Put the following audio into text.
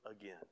again